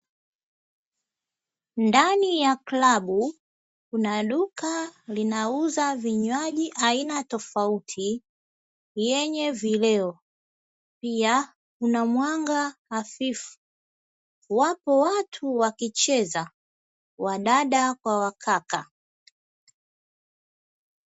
Ndani ya klabu kuna duka linauza vinywaji aina tofauti yenye vileo. Pia, kuna mwanga hafifu, wapo watu wakicheza wadada kwa wakaka.